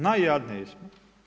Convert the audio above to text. Najjadniji smo.